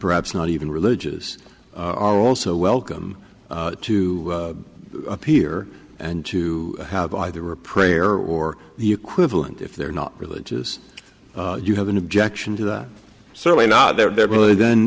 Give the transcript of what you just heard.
perhaps not even religious are also welcome to appear and to have either a prayer or the equivalent if they're not religious you have an objection to that certainly not there really then